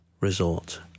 resort